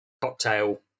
cocktail